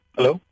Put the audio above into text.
Hello